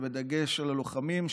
ובדגש על הלוחמים,